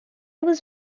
was